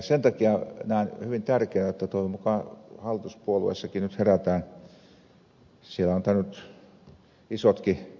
sen takia näen hyvin tärkeänä jotta toivon mukaan hallituspuolueissakin nyt herätään